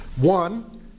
One